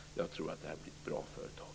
Jag tror att det här blir ett bra företag.